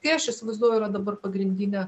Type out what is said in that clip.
tai aš įsivaizduoju yra dabar pagrindinė